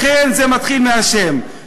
לכן, זה מתחיל מהשם.